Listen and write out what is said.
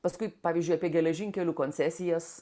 paskui pavyzdžiui apie geležinkelių koncesijas